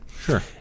Sure